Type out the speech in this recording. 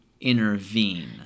intervene